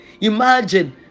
imagine